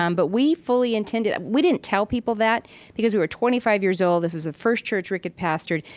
um but we fully intended we didn't tell people that because we were twenty five years old. it was the first church rick had pastored.